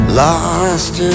lost